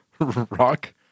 rock